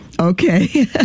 okay